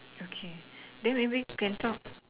okay then maybe can talk